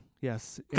Yes